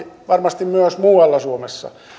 varmasti myös muualla suomessa